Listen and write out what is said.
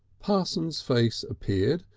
parsons' face appeared,